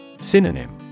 Synonym